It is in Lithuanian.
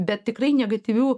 be tikrai negatyvių